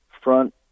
front